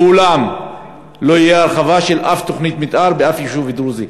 לעולם לא תהיה הרחבה של אף תוכנית מתאר באף יישוב דרוזי.